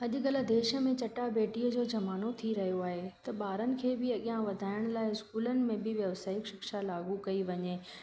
अॼुकल्ह देश में चटाभेटीअ जो ज़मानो थी रहियो आहे त ॿारन खे भी अॻियां वधाइण लाए स्कूलनि में भी व्यवसाय शिक्षा लागू कई वञे